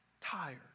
tired